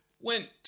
went